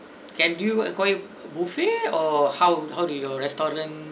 can you acquire buffet or how how do your restaurant